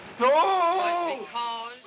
No